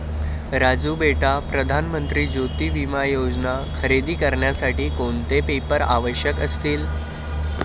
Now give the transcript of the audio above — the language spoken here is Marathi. राजू बेटा प्रधान मंत्री ज्योती विमा योजना खरेदी करण्यासाठी कोणते पेपर आवश्यक असतील?